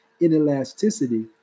inelasticity